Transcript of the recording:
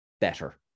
better